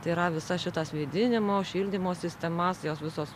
tai yra visas šitas vėdinimo šildymo sistemas jos visos